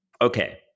okay